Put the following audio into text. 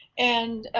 and